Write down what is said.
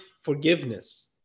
forgiveness